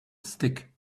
stick